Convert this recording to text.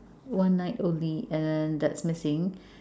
one night only and then that's missing